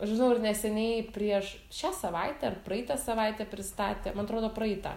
žinau ir neseniai prieš šią savaitę ar praeitą savaitę pristatė man atrodo praeitą